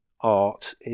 art